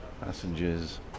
Passengers